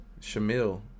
Shamil